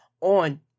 on